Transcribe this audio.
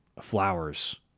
flowers